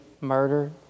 murder